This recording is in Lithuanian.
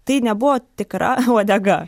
tai nebuvo tikra uodega